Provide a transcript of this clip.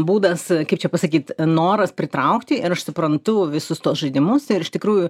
būdas kaip čia pasakyt noras pritraukti ir aš suprantu visus tuos žaidimus ir iš tikrųjų